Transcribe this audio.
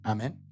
Amen